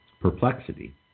perplexity